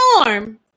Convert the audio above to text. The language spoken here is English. storm